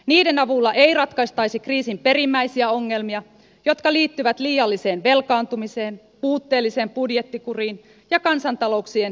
niiden avulla ei ratkaistaisi kriisin perimmäisiä ongelmia jotka liittyvät liialliseen velkaantumiseen puutteelliseen budjettikuriin ja kansantalouksien heikkoon kilpailukykyyn